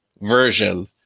version